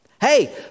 Hey